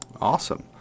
Awesome